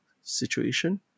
situation